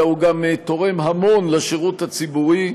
אלא הוא גם תורם המון לשירות הציבורי,